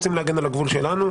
רוצים להגן על הגבול שלנו,